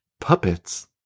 puppets